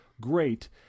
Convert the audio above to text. Great